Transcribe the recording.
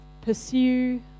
pursue